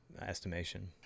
estimation